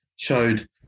showed